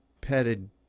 petted